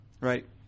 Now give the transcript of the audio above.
right